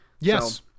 Yes